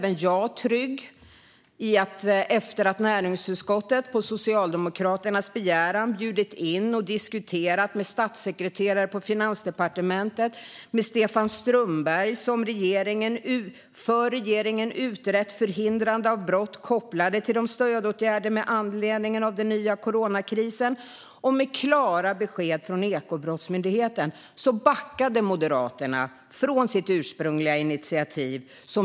Efter att näringsutskottet på Socialdemokraternas begäran bjudit in och diskuterat med statssekreterare på Finansdepartementet och med Stefan Strömberg, som för regeringen utrett förhindrande av brott kopplade till stödåtgärderna med anledning av den nya coronakrisen, och efter att vi dessutom fått klara besked från Ekobrottsmyndigheten backade Moderaterna från sitt ursprungliga initiativ.